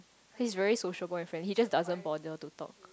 he's very sociable and friendly he just doesn't bother to talk